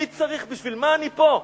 בשביל מה אני פה?